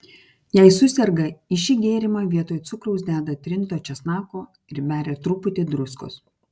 jei suserga į šį gėrimą vietoj cukraus deda trinto česnako ir beria truputį druskos